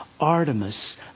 Artemis